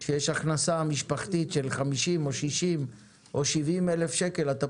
כשיש הכנסה משפחתית של 50 או 60 או 70 אלף שקלים,